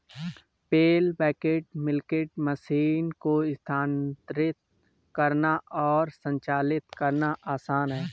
पेल bucket milking machine को स्थानांतरित करना और संचालित करना आसान है